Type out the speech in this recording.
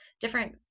different